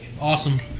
awesome